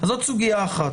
זו סוגיה אחת,